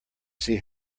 see